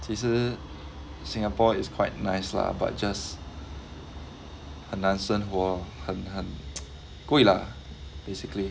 其实 singapore is quite nice lah but just 很难生活很很 贵 lah basically